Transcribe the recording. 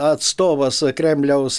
atstovas kremliaus